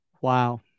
Wow